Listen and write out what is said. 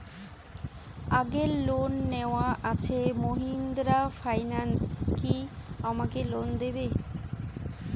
আগের লোন নেওয়া আছে মাহিন্দ্রা ফাইন্যান্স কি আমাকে লোন দেবে?